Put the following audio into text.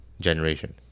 generation